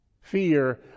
Fear